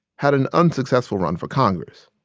had an unsuccessful run for congress.